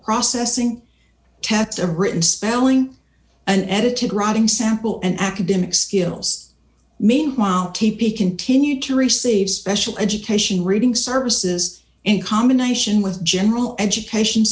processing cats a written spelling an edited writing sample and academic skills meanwhile t p continue to receive special education reading services in combination with general education